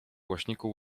głośniku